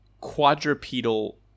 quadrupedal